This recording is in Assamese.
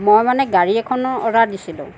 মই মানে গাড়ী এখনৰ অৰ্ডাৰ দিছিলোঁ